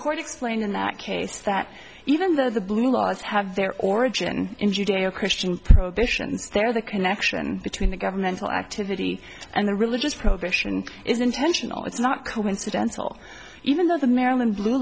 court explained in that case that even though the blue laws have their origin in judeo christian prohibitions there the connection between a governmental activity and a religious prohibition is intentional it's not coincidental even though the maryland blue